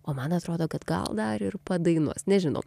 o man atrodo kad gal dar ir padainuos nežinau